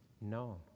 no